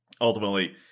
ultimately